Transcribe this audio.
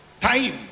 time